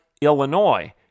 Illinois